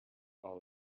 all